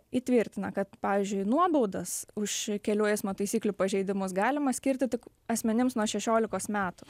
įtvirtina kad pavyzdžiui nuobaudas už kelių eismo taisyklių pažeidimus galima skirti tik asmenims nuo šešiolikos metų